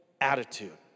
attitude